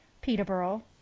Peterborough